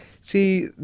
see